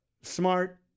smart